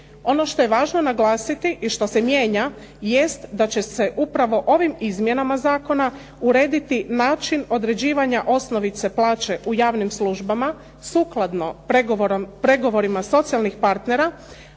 Ono što je važno naglasiti i što se mijenja jest da će se upravo ovim izmjenama zakona urediti način određivanja osnovice plaće u javnim službama sukladno pregovorima socijalnih partnera,